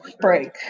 break